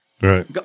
Right